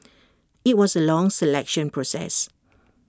IT was A long selection process